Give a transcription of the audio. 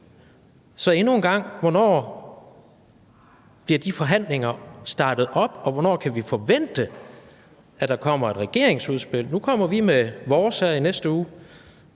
Så endnu en gang: Hvornår bliver de forhandlinger startet op, og hvornår kan vi forvente at der kommer et regeringsudspil? Nu kommer vi med vores her i næste uge,